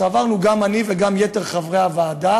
סברנו גם אני וגם יתר חברי הוועדה